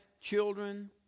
children